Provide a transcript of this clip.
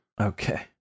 Okay